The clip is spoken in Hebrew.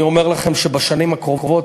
אני אומר לכם שבשנים הקרובות,